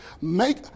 make